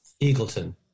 Eagleton